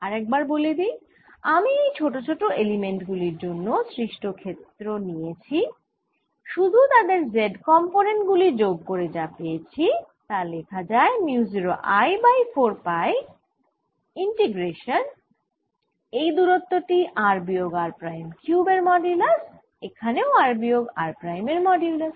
আরেকবার বলে দিই আমি এই ছোট ছোট এলিমেন্ট গুলির জন্য সৃষ্ট ক্ষেত্র নিয়েছি শুধু তাদের z কম্পোনেন্ট গুলি যোগ করে যা পেয়েছি তা লেখা যায় mu 0 I by 4 pi integration এই দুরত্ব টি r বিয়োগ r প্রাইম কিউব এর মডিউলাস এখানেও r বিয়োগ r প্রাইম এর মডিউলাস